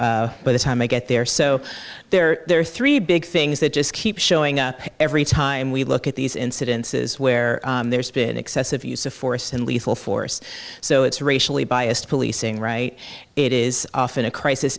by the time i get there so there are three big things that just keep showing up every time we look at these incidences where there's been excessive use of force and lethal force so it's racially biased policing right it is often a crisis